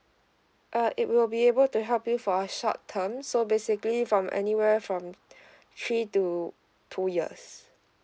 err it will be able to help you for a short term so basically from anywhere from three to two years